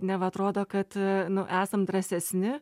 neva atrodo kad nu esam drąsesni